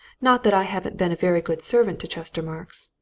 not that i haven't been a very good servant to chestermarke's.